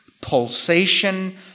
pulsation